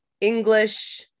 English